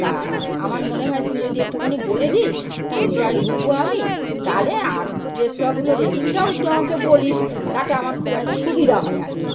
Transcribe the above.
তা আমার মনে হয় তুই যদি একটুখানি বলে দিস কোনটায় ঢুকব আমি তাহলে আর রেস্তোরাঁগুলোর রেটিংটাও একটু আমাকে বলিস তাতে আমার খুব একটা সুবিধা হয় আর কি